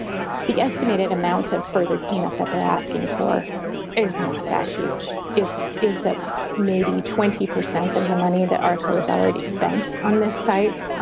the estimated amount of further cleanup that they're asking for is not that huge. it's it's a maybe twenty percent of the money that arco has already spent on this site.